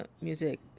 music